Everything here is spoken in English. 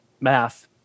math